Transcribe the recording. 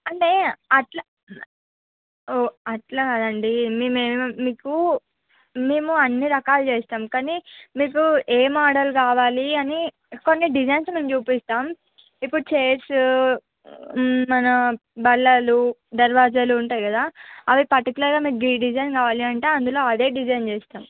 అంటే అలా ఓ అలా కాదండి మేము మీకు మేము అన్ని రకాలు చేస్తాం కానీ మీకు ఏ మోడల్ కావాలి అని కొన్ని డిజైన్స్ మేం చూపిస్తాం ఇప్పుడు చైర్స్ మన బల్లలు దర్వాజాలుంటాయి కదా అవి పర్టిక్యులర్గా మీరు ఈ డిజైన్ కావాలి అంటే అందులో అదే డిజైన్ చేస్తాం